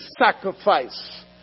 sacrifice